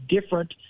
different